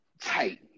Tight